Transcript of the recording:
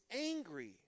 angry